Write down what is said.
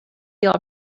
all